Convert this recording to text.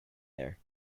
there